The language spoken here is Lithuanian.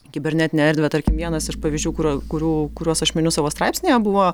į kibernetinę erdvę tarkim vienas iš pavyzdžių kur kurių kuriuos aš miniu savo straipsnyje buvo